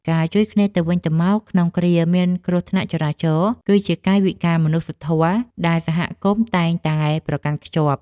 ការជួយគ្នាទៅវិញទៅមកក្នុងគ្រាមានគ្រោះថ្នាក់ចរាចរណ៍ គឺជាកាយវិការមនុស្សធម៌ដែលសហគមន៍តែងតែប្រកាន់ខ្ជាប់។